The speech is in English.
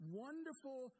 wonderful